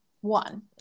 one